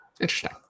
Interesting